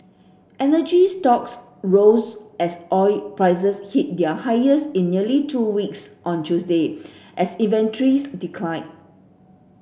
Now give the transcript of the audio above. energy stocks rose as oil prices hit their highest in nearly two weeks on Tuesday as inventories declined